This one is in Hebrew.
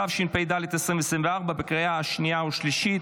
התשפ"ד 2024, לקריאה השנייה והשלישית.